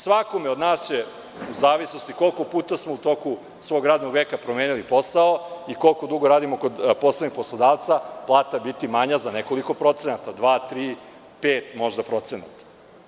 Svakome od nas će, u zavisnosti koliko puta smo u toku svog radnog veka promenili posao i koliko dugo radimo kod poslednjeg poslodavca, plata biti manja za nekoliko procenata, dva, tri, pet možda procenata.